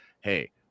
hey